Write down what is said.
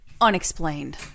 unexplained